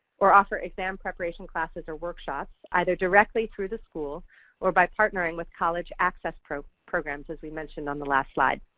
or offer exam preparation classes or workshops, either directly through the school or by partnering with college access programs, as we mentioned on the last slide.